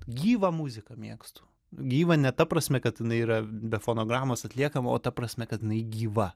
gyvą muziką mėgstu gyvą ne ta prasme kad jinai yra be fonogramos atliekama o ta prasme kad jinai gyva